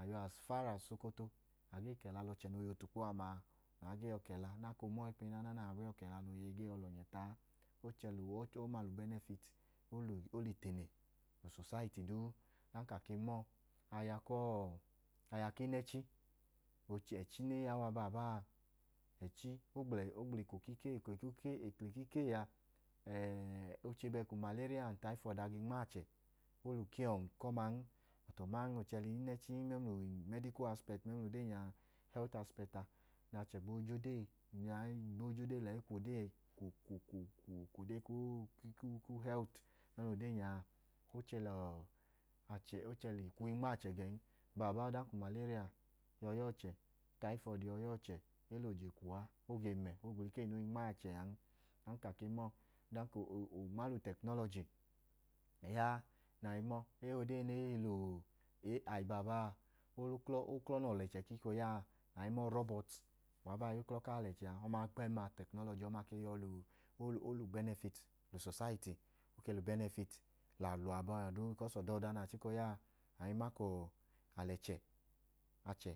Ọchẹ yọ as faa as sokoto, a gee kẹla lẹ ọchẹ noo yọ otukpo ama a. a koo ma ọọ ikpeyin naana, aa gee yọi kẹla nẹ iye gee lọnyẹ tu aa. O chẹ lẹ ọma wẹ ubẹnẹfiiti lẹ usosayiti duu. O lẹ itene lẹ usosayit duu. Ọdanka a ke ma ọọ, aya ku inẹchi, ẹchi ne yaw a baa baa, o gbla eko ku ikee, eko ku ikee a, ẹẹ oche bẹẹka umaleriya an tayifọọdu a ge nmo achẹ. O lẹ ukiyọ eko ọman. Bọtu aman ootu ẹchi ku inẹchi mẹmla umediku aspẹti mẹmla uhẹt aspẹti a, achẹ gboo je ode a, e gboo je ode lẹyi kwu, kwu, kwu, kwu ode inẹchi mẹmla ode nya a, o chẹ lẹ ọọ, o chẹ lẹ ikwu i nma achẹ gẹn. Abaa baa ọdanka umaleriya yọi ya ọchẹ utayifọdu yọi ya ọchẹ, e lẹ oje kwu uwa oche a gee mẹ. O wẹ ikee noo i nmo achẹ an. Ọdanka a ke ma ọọ, onma lẹ utẹknọlọji anu ke ya a. Abaa baa, o lẹ ode ne i hi ku e ayi baa, baa. Uklọ nẹ ọlẹchẹ chika ooya a, uwa baa i yuklọ ku alẹchẹ a. Ọma kpẹẹm a wẹ utẹknọlọji a. O lẹ ubẹnẹfiti lẹ usosayiti, o lẹ ubẹnẹfiti lẹ alọ abọhialọ duu. Ohigbu ka ẹdọ ọda na chika ooya a, alẹchẹ, achẹ,